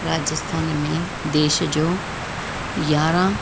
राजस्थान में देश जो यारहं